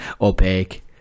opaque